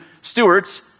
stewards